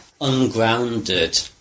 ungrounded